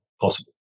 possible